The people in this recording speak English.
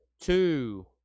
two